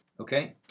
Okay